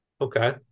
Okay